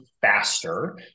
faster